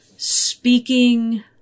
speaking